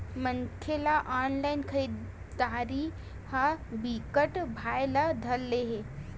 मनखे ल ऑनलाइन खरीदरारी ह बिकट भाए ल धर ले हे